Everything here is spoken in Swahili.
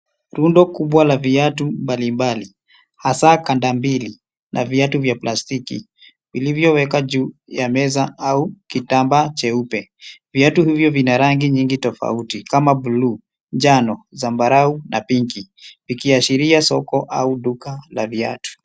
Rundo kubwa la viatu mbalimbali hasa kanda mbili na viatu vya plastiki vilivyowekwa juu ya meza au kitambaa cheupe. Viatu hivyo vina rangi nyingi tofauti kama buluu, njano, zambarau na pinki vikiashiria soko au duka la viatu.